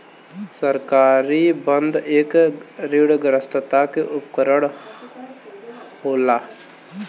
सरकारी बन्ध एक ऋणग्रस्तता के उपकरण होला